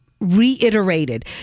reiterated